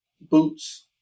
boots